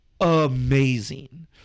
amazing